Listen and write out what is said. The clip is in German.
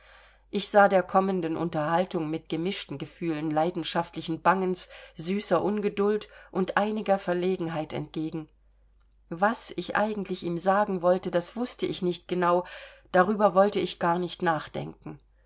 ich sah der kommenden unterhaltung mit gemischten gefühlen leidenschaftlichen bangens süßer ungeduld und einiger verlegenheit entgegen was ich eigentlich ihm sagen wollte das wußte ich nicht genau darüber wollte ich gar nicht nachdenken